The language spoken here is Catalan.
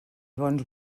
bons